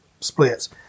splits